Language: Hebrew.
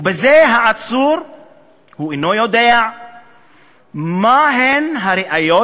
וכך העצור אינו יודע מה הן הראיות